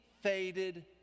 faded